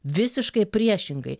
visiškai priešingai